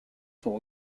sont